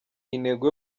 intego